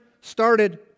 started